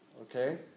Okay